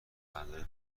مدارس